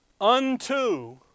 Unto